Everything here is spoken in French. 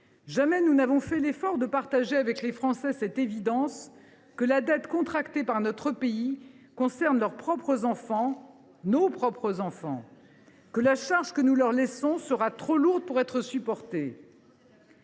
Jamais nous n’avons fait l’effort de partager avec les Français cette évidence que la dette contractée par notre pays concerne leurs propres enfants – nos propres enfants – et que la charge que nous leur laissons sera trop lourde pour être supportée.